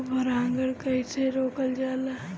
स्व परागण कइसे रोकल जाला?